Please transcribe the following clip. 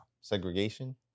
Segregation